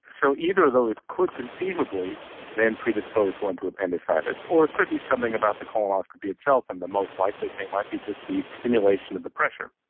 so either of those could conceivably then predispose one to appendicitis, or it could be something about the colonoscopy itself and the most likely thing might be just the stimulation of the pressure,